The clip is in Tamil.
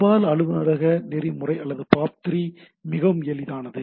தபால் அலுவலக நெறிமுறை அல்லது POP3 இது எளிது